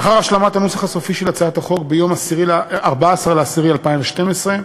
לאחר השלמת הנוסח הסופי של הצעת החוק ביום 14 באוקטובר 2012,